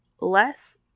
less